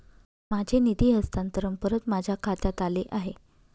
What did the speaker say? माझे निधी हस्तांतरण परत माझ्या खात्यात आले आहे